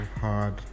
hard